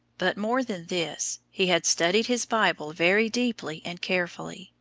but more than this. he had studied his bible very deeply and carefully,